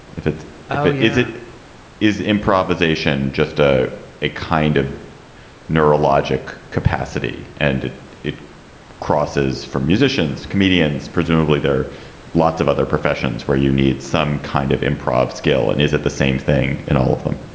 if it is, it is improvisation just ah a kind of neurologic capacity and it crosses for musicians, comedians. presumably there are lots of other professions where you need some kind of improv skill. and is it the same thing in all of them?